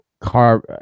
Car